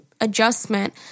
adjustment